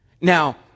now